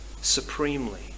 supremely